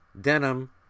denim